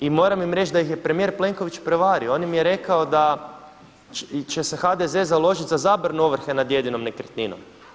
I moram im reći da ih je premijer Plenković prevario, on im je rekao da će se HDZ založiti za zabranu ovrhe nad jedinom nekretninom.